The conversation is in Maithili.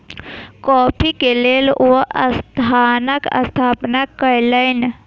कॉफ़ी के लेल ओ संस्थानक स्थापना कयलैन